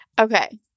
okay